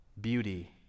beauty